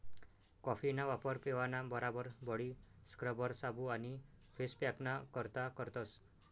कॉफीना वापर पेवाना बराबर बॉडी स्क्रबर, साबू आणि फेस पॅकना करता करतस